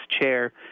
Chair